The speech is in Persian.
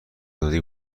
تازگی